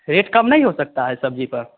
rate कम नहीं हो सकता है सब्ज़ी पर